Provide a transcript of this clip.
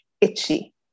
itchy